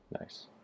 Nice